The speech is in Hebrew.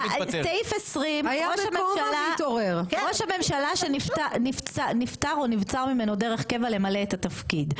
סעיף 20 ראש הממשלה שנפטר או נבצר ממנו דרך קבע למלא את התפקיד,